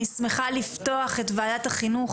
אני שמחה לפתוח את ישיבת ועדת החינוך,